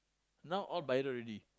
now all viral already